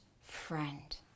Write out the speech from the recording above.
friend